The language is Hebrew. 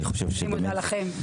אני מודה לכם.